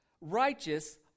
righteous